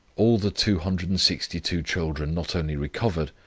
all the two hundred and sixty two children not only recovered,